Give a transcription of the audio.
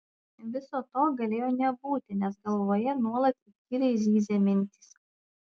viso to galėjo nebūti nes galvoje nuolat įkyriai zyzė mintys